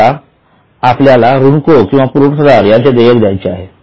आता आपल्याला ऋणको किंवा पुरवठादार यांचे देयक द्यायचे आहे